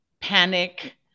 panic